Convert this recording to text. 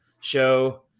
show –